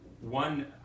One